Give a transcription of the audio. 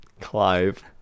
clive